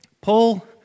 Paul